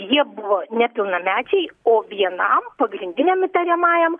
jie buvo nepilnamečiai o vienam pagrindiniam įtariamajam